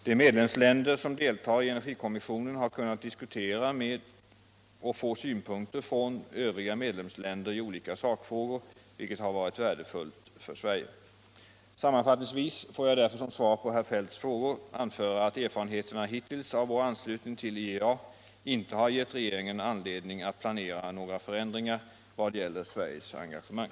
De medlemsländer som deltar i energikommissionen har kunnat diskutera med och få synpunkter från övriga medlemsländer i olika sakfrågor, vilket har varit värdefullt för Sverige. Sammanfattningsvis får jag därför som svar på herr Feldts frågor anföra att erfarenheterna av vår anslutning till IEA hittills inte har gett regeringen anledning att planera några förändringar vad gäller Sveriges engagemang.